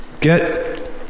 get